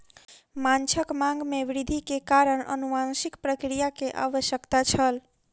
माँछक मांग में वृद्धि के कारण अनुवांशिक प्रक्रिया के आवश्यकता छल